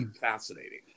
fascinating